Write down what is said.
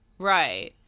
Right